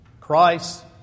Christ